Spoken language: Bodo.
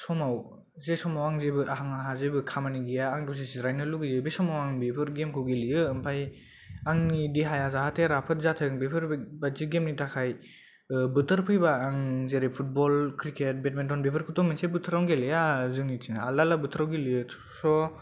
समाव जे समाव आंहा जेबो खामानि गैया आ दसे जिरायनो लुबैयो बे समाव आङो बेफोर गेमखौ गेलेयो आमफाय आंनि देहाया जाहाथे राफोद जाथों बेफोर बादि गेमनि थाखाय बोथोर फैबा आं जेरै फुटबल क्रिकेट बेदमिनटन बेफोरखौ थ' मोनसे बोथोराव गेलेया जोंनिथिं आलदा आलदा बोथोराव गेलेयो